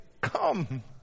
come